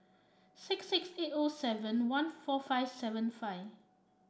six six eight O seven one four five seven five